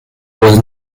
was